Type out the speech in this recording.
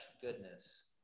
goodness